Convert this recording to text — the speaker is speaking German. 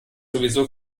sowieso